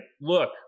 look